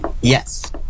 Yes